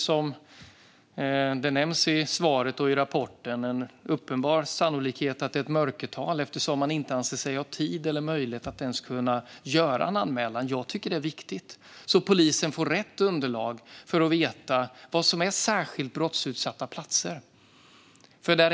Som nämns i svaret och i rapporten är det en uppenbar sannolikhet att det finns ett mörkertal eftersom man inte anser sig ha tid eller möjlighet att ens göra en anmälan. Jag tycker att det är viktigt, så att polisen får rätt underlag för att veta vad som är särskilt brottsutsatta platser.